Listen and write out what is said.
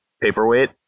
Paperweight